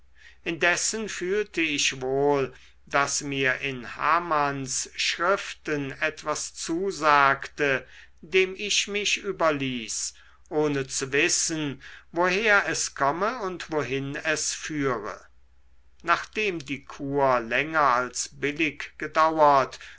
indessen fühlte ich wohl daß mir in hamanns schriften etwas zusagte dem ich mich überließ ohne zu wissen woher es komme und wohin es führe nachdem die kur länger als billig gedauert